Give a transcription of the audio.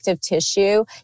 tissue